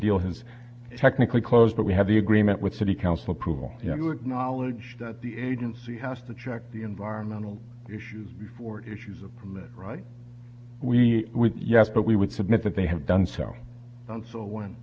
deal has technically closed but we have the agreement with city council approval you acknowledge that the agency has to check the environmental issues before issues a permit right we will yes but we would submit that they have done so and so when